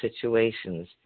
situations